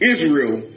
Israel